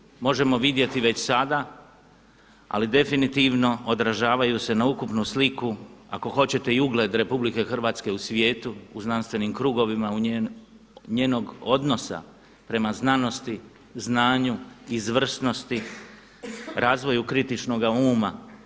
Posljedice možemo vidjeti već sada ali definitivno odražavaju se na ukupnu sliku ako hoćete i ugled RH u svijetu, u znanstvenim krugovima njenog odnosa prema znanosti, znanju, izvrsnosti, razvoju kritičnoga uma.